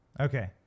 Okay